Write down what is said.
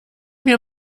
mir